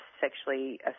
sexually